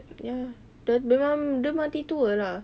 ya dia dia ma~ dia mati tua lah